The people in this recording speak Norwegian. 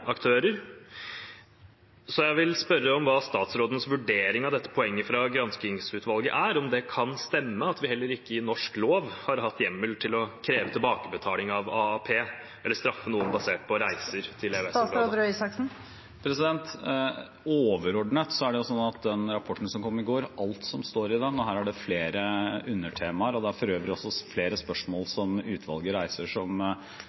aktører. Så jeg vil spørre om statsrådens vurdering av dette poenget fra granskningsutvalget, om det kan stemme at vi heller ikke i norsk lov har hatt hjemmel til å kreve tilbakebetaling av AAP, eller straffe noen basert på reiser til EØS-land. Overordnet er det sånn at alt som står i rapporten som kom i går – og her er det flere undertemaer, og det er for øvrig også flere spørsmål som